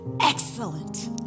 excellent